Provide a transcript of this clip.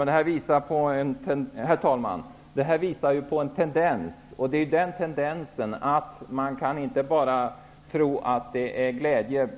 Herr talman! Det här visar på en tendens, och man kan inte utifrån den tro att allt är glädje